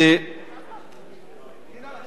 שכנעת